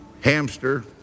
Hamster